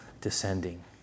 descending